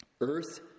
earth